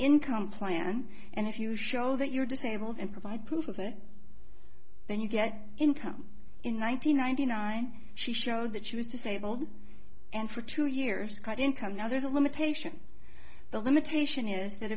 income plan and if you show that you're disabled and provide proof of it then you get income in one thousand nine hundred nine she showed that she was disabled and for two years cut income now there's a limitation the limitation is that